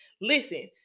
Listen